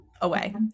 away